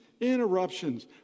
interruptions